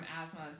asthma